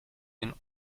den